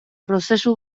prozesu